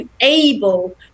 able